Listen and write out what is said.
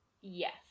Yes